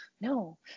no